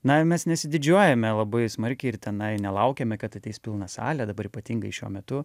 na mes nesididžiuojame labai smarkiai ir tenai nelaukiame kad ateis pilna salė dabar ypatingai šiuo metu